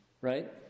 right